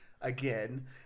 Again